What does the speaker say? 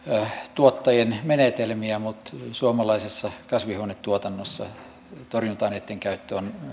tuottajien menetelmiä mutta suomalaisessa kasvihuonetuotannossa torjunta aineitten käyttö on